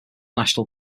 national